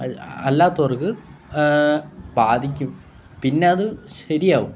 അൽ അല്ലാത്തവർക്ക് ബാധിക്കും പിന്നെ അത് ശരിയാവും